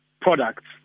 products